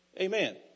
Amen